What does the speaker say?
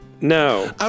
No